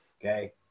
Okay